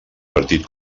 partit